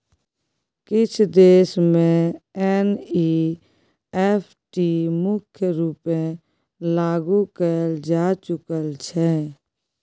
किछ देश मे एन.इ.एफ.टी मुख्य रुपेँ लागु कएल जा चुकल छै